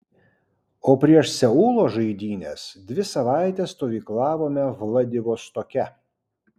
o prieš seulo žaidynes dvi savaites stovyklavome vladivostoke